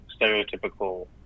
stereotypical